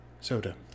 soda